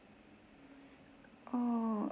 oo